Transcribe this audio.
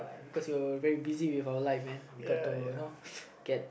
because you're very busy with our life man we got to you know get